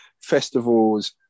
festivals